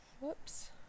whoops